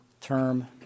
term